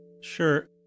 Sure